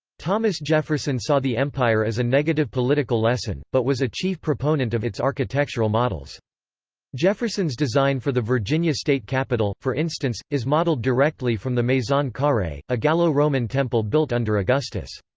thomas jefferson saw the empire as a negative political lesson, but was a chief proponent of its architectural models jefferson's design for the virginia state capitol, for instance, is modelled directly from the maison carree, a gallo-roman temple built under augustus.